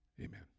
Amen